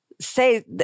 say